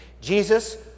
Jesus